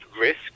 risk